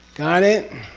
got it?